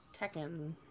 Tekken